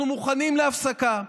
ואנחנו מוכנים להפסקה.